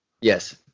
Yes